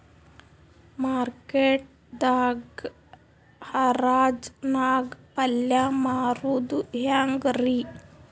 Market ದಾಗ್ ಹರಾಜ್ ನಾಗ್ ಪಲ್ಯ ಮಾರುದು ಹ್ಯಾಂಗ್ ರಿ?